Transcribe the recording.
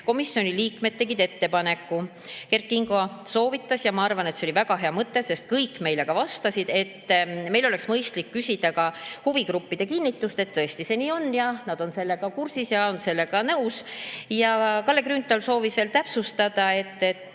komisjoni liikmed ettepaneku – Kert Kingo soovitas ja ma arvan, et see oli väga hea mõte, sest kõik meile ka vastasid –, et meil oleks mõistlik küsida ka huvigruppide kinnitust, et tõesti see nii on ja nad on sellega kursis ja on sellega nõus. Kalle Grünthal soovis veel täpsustada